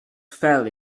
fell